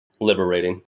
Liberating